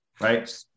Right